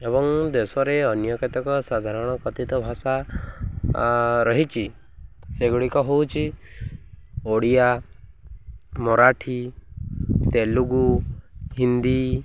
ଏବଂ ଦେଶରେ ଅନ୍ୟ କେତେକ ସାଧାରଣ କଥିତ ଭାଷା ରହିଛି ସେଗୁଡ଼ିକ ହେଉଛି ଓଡ଼ିଆ ମରାଠୀ ତେଲୁଗୁ ହିନ୍ଦୀ